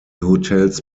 hotels